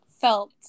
felt